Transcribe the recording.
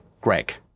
greg